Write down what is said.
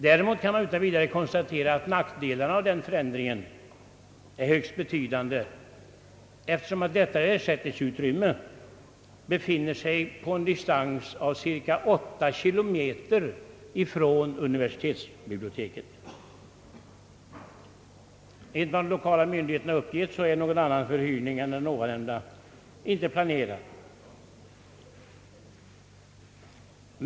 Däremot kan man utan vidare konstatera att nackdelarna av förändringen är högst betydande, eftersom detta ersättningsutrymme befinner sig på en distans av cirka 8 kilometer från universitetsbiblioteket. Enligt vad de lokala myndigheterna uppgett är någon annan förhyrning inte planerad.